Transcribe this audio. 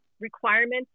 requirements